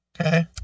Okay